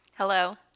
Hello